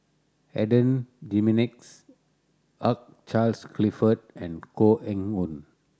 Adan Jimenez Hugh Charles Clifford and Koh Eng Hoon